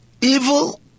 evil